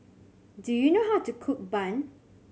do you know how to cook bun